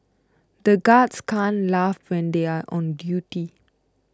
the guards can't laugh when they are on duty